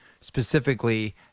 specifically